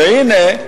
והנה,